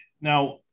Now